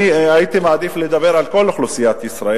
אני הייתי מעדיף לדבר על כל אוכלוסיית ישראל,